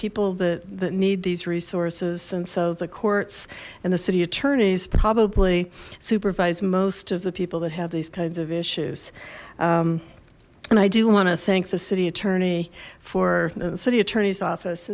people that that need these resources and so the courts and the city attorney's probably supervise most of the people that have these kinds of issues and i do want to thank the city attorney for the city attorney's office